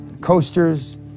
coasters